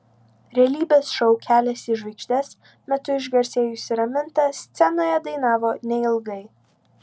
realybės šou kelias į žvaigždes metu išgarsėjusi raminta scenoje dainavo neilgai